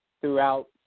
throughout